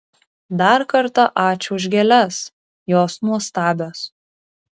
dar kartą ačiū už gėles jos nuostabios